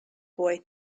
boy